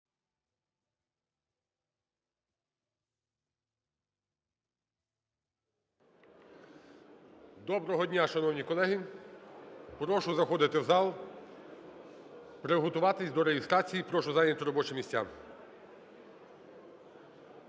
Доброго дня, шановні колеги! Прошу заходити в зал, приготуватись до реєстрації. Прошу зайняти робочі місця.